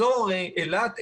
אזור אילת,